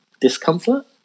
discomfort